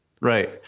Right